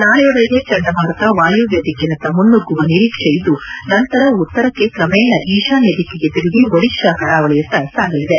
ನಾಳೆಯ ವರೆಗೆ ಚಂಡಮಾರುತ ವಾಯವ್ಯ ದಿಕ್ಕಿನತ್ತ ಮುನ್ನುಗ್ಗುವ ನಿರೀಕ್ಷೆ ಇದ್ದು ನಂತರ ಉತ್ತರಕ್ಕೆ ಕ್ರಮೇಣ ಈಶಾನ್ಯ ದಿಕ್ಕಿಗೆ ತಿರುಗಿ ಒಡಿಶಾ ಕರಾವಳಿಯತ್ತ ಸಾಗಲಿದೆ